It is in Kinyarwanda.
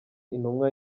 intumwa